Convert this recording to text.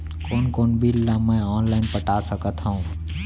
कोन कोन बिल ला मैं ऑनलाइन पटा सकत हव?